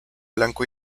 blanco